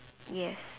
yes